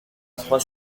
trois